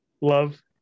love